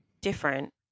different